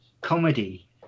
comedy